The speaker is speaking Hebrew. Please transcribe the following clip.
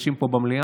נפגשים פה במליאה,